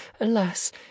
alas